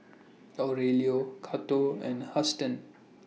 Aurelio Cato and Huston